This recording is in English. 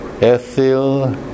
ethyl